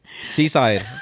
Seaside